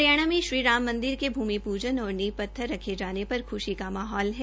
हरियाणा में श्री राम मंदिर के भूमि पूजन और र्नीव पत्थर रखे जाने पर खुशी का माहौल है